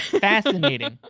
fascinating.